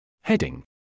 Heading